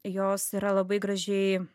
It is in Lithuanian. jos yra labai gražiai